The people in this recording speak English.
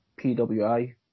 PWI